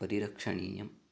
परिरक्षणीयम्